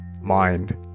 mind